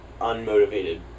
unmotivated